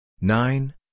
nine